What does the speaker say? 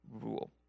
rule